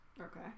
Okay